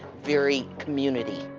very community.